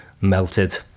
melted